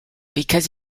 because